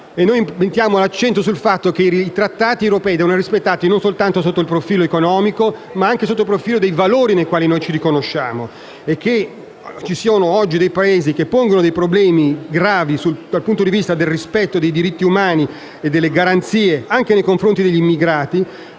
infatti l'accento sul fatto che i Trattati europei devono essere rispettati non soltanto sotto il profilo economico, ma anche sotto il profilo dei valori nei quali ci riconosciamo. Il fatto che ci siano oggi dei Paesi che pongono dei problemi gravi dal punto di vista del rispetto dei diritti umani e delle garanzie, anche nei confronti degli immigrati,